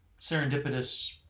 serendipitous